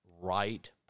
right